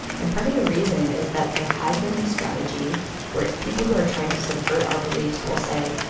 and part of the reason is that there has been this strategy where people who are trying to subvert our beliefs will say,